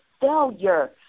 failure